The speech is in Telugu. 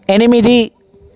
ఎనిమిది